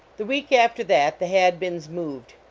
the week after that, the hadbins moved.